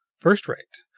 first rate.